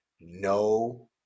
No